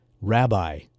Rabbi